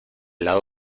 lado